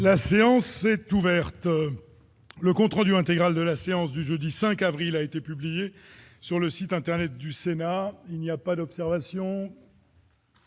La séance est ouverte. Le compte rendu intégral de la séance du jeudi 5 avril a été publié sur le site internet du Sénat. Il n'y a pas d'observation ?